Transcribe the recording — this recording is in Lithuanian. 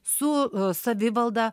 su savivalda